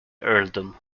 earldom